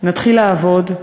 נתחיל לעבוד,